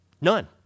None